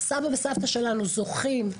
אנחנו זוכים,